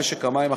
למשק המים החקלאי.